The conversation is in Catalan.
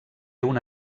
una